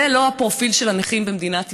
זה לא הפרופיל של הנכים במדינת ישראל.